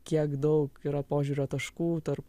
kiek daug yra požiūrio taškų tarp